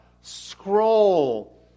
Scroll